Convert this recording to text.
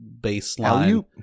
baseline